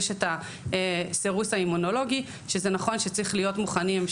יש את הסירוס האימונולוגי שזה נכון שצריך להיות מוכנים,